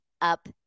up